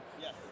yes